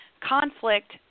conflict